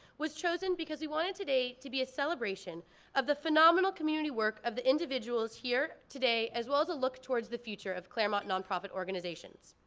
was chosen because we wanted today to be a celebration of the phenomenal community work of the individuals here, today, as well as a look towards the future of claremont non-profit organizations.